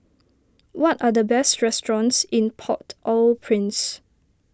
what are the best restaurants in Port Au Prince